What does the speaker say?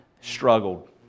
struggled